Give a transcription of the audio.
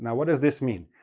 yeah what does this mean?